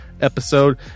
episode